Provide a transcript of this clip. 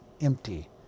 empty